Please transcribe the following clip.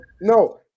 No